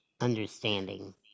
understanding